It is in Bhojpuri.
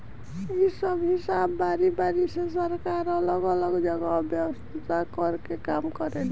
इ सब हिसाब बारी बारी से सरकार अलग अलग जगह व्यवस्था कर के काम करेले